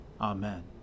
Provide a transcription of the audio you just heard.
Amen